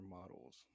models